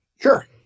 sure